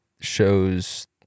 shows